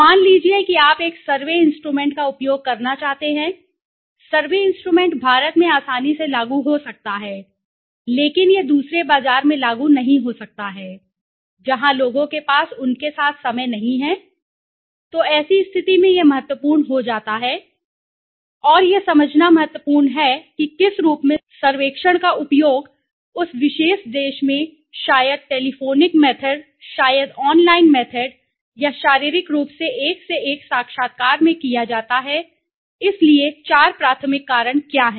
मान लीजिए कि आप एक सर्वे इंस्ट्रूमेंट का उपयोग करना चाहते हैं सर्वे इंस्ट्रूमेंट भारत में आसानी से लागू हो सकता है लेकिन यह दूसरे बाजार में लागू नहीं हो सकता है जहां लोगों के पास उनके साथ समय नहीं है तो ऐसी स्थिति में यह महत्वपूर्ण हो जाता है और यह समझना महत्वपूर्ण है कि किस रूप में सर्वेक्षण का उपयोग उस विशेष देश में शायद टेलिफोनिक मेथड शायद ऑनलाइन मेथड या शारीरिक रूप से एक से एक साक्षात्कार में किया जाता है इसलिए चार प्राथमिक कारण क्या हैं